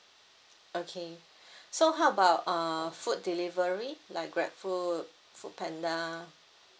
okay so how about err food delivery like grab food food panda